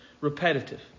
repetitive